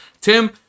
Tim